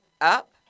up